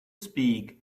speak